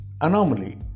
anomaly